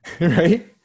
right